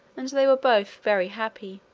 and they were both very happy.